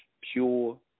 Pure